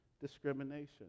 discrimination